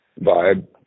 vibe